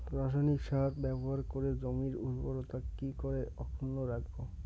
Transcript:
রাসায়নিক সার ব্যবহার করে জমির উর্বরতা কি করে অক্ষুণ্ন রাখবো